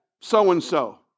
so-and-so